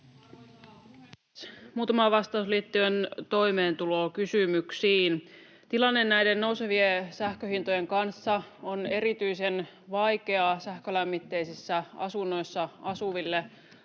Muutama vastaus liittyen toimeentulokysymyksiin: Tilanne nousevien sähkönhintojen kanssa on erityisen vaikea sähkölämmitteisissä asunnoissa asuville,